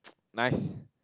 nice